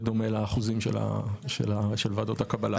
בדומה לאחוזים של ועדות הקבלה.